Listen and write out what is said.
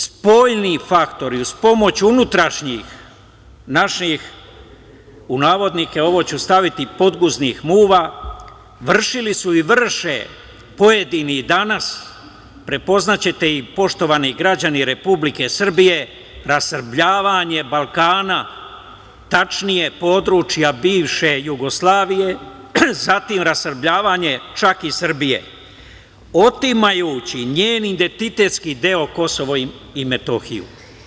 Spoljni faktori uz pomoć unutrašnjih naših „podguznih muva“ vršili su i vrše pojedini danas, prepoznaćete ih, poštovani građani Republike Srbije, rasrbljavanje Balkana, tačnije područja bivše Jugoslavije, zatim rasrbljavanje čak i Srbije, otimajući njen identitetski deo Kosovo i Metohiju.